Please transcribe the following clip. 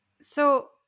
So-